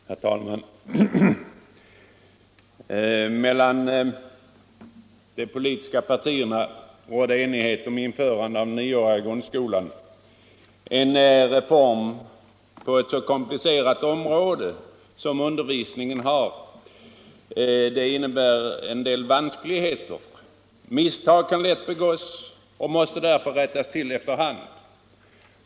Herr talman! Mellan de politiska partierna rådde enighet om införande av den nioåriga grundskolan. En reform på ett så komplicerat område som undervisningens innebär en del vanskligheter. Misstag kan lätt begås och måste därför rättas till efter hand.